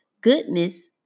goodness